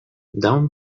down